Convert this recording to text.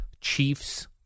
Chiefs